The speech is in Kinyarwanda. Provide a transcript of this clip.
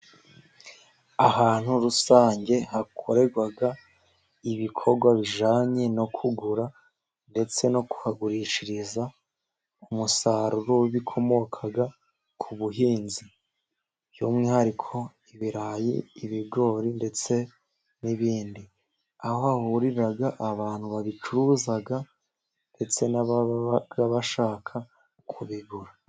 Ahantu rusange hakorerwa ibikorwa bijyanye no kugura ndetse no kuhagurishiriza umusaruro w'ibikomoka ku buhinzi, by'umwihariko ibirayi, ibigori ndetse n'ibindi, aho hahurira abantu babicuruza ndetse n'ababa bashaka kubigura.